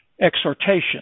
exhortation